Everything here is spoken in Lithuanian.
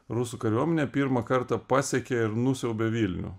rusų kariuomenė pirmą kartą pasiekė ir nusiaubė vilnių